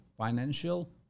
financial